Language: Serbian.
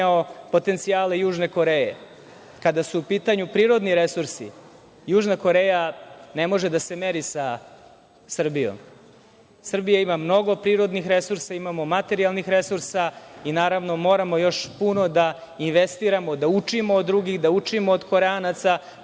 potencijale južne Koreje. Kada su u pitanju prirodni resursi, južna Koreja ne može da se meri sa Srbijom. Srbija ima mnogo prirodnih resursa, imamo materijalnih resursa i naravno moramo još puno da investiramo, da učimo od drugih, da učimo od Koreanaca